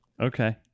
okay